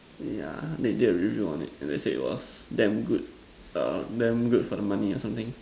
yeah they did a review on it and they say it was damn good err damn good for the money or something